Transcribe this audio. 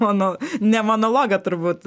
mano ne monologą turbūt